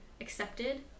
accepted